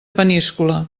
peníscola